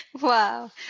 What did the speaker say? Wow